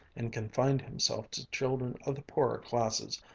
and confined himself to children of the poorer classes,